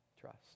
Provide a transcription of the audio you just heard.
trust